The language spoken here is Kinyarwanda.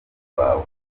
rwawe